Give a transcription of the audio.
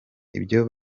ibyo